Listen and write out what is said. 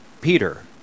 Peter